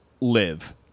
live